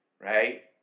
right